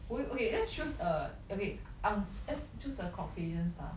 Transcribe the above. will you okay let's choose a okay um let's choose a caucasian star